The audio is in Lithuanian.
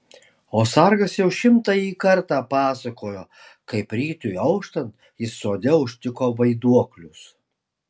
o sargas jau šimtąjį kartą pasakojo kaip rytui auštant jis sode užtiko vaiduoklius